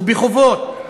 הוא בחובות,